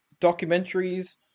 documentaries